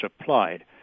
applied